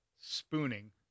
spooning